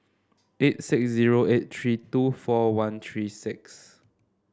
eight six zero eight three two four one three six